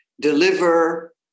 deliver